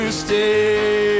stay